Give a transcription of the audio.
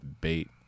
bait